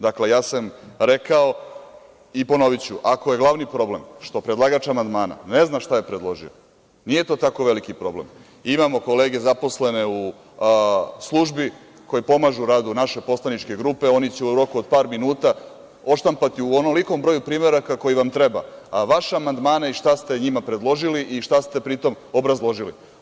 Dakle, ja sam rekao i ponoviću, ako je glavni problem što predlagač amandmana ne zna šta je predložio, nije to tako veliki problem, imamo kolege zaposlene u službi koji pomažu u radu poslaničke grupe, oni će u roku od par minuta odštampati u onolikom broju primeraka, koji vam treba, vaše amandmane i šta ste njima predložili i šta ste pri tom obrazložili.